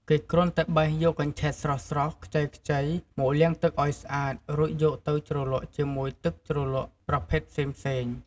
គេគ្រាន់តែបេះយកកញ្ឆែតស្រស់ៗ ខ្ចីៗ មកលាងទឹកឲ្យស្អាត រួចយកទៅជ្រលក់ជាមួយទឹកជ្រលក់ប្រភេទផ្សេងៗ។